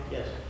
Yes